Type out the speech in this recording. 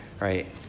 Right